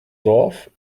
dorf